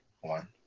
One